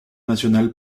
national